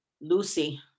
Lucy